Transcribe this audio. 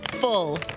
Full